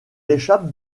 échappe